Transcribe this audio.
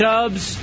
Dubs